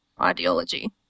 ideology